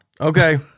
Okay